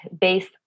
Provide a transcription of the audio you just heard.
based